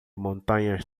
montanhas